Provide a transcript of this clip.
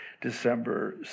december